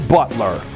Butler